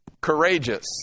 courageous